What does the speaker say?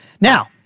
Now